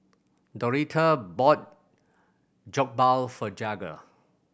Doretha bought Jokbal for Jagger